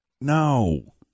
no